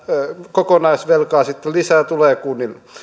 kokonaisvelkaa sitten lisää tulee kunnille